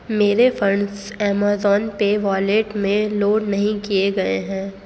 میرے funds Amazon pay wallet میں load نہیں کیے گئے ہیں